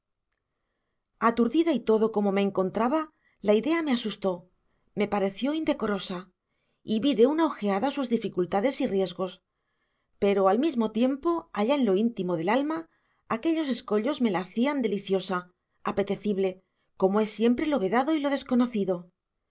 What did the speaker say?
aturdida y todo como me encontraba la idea me asustó me pareció indecorosa y vi de una ojeada sus dificultades y riesgos pero al mismo tiempo allá en lo íntimo del alma aquellos escollos me la hacían deliciosa apetecible como es siempre lo vedado y lo desconocido